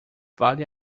vale